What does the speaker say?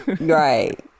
Right